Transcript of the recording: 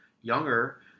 younger